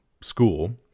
school